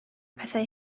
pethau